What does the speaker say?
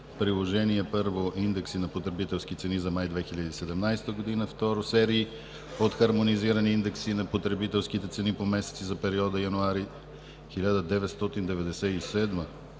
Приложение № 1 – „Индекси на потребителски цени за май 2017 г.“, второ – „Серии от хармонизирани индекси на потребителските цени по месеци за периода януари 1997 – май